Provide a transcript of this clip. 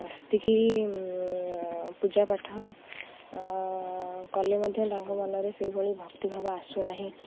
ସେତିକି ପୂଜାପାଠ କଲେ ମଧ୍ୟ ତାଙ୍କ ମନରେ ସେଇଭଳି ଭକ୍ତିଭାବ ଆସୁ ନାହିଁ